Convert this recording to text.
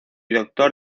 doctor